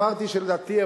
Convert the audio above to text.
אמרתי שלדעתי,